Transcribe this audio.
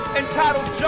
entitled